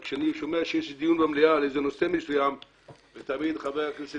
אבל תמיד שיש דיון על נושא מסוים אז חבר הכנסת